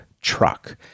truck